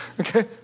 Okay